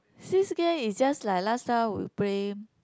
game is just like last time we play